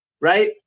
right